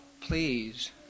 please